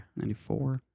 94